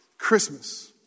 Christmas